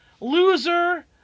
Loser